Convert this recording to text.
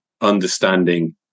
understanding